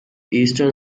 eastern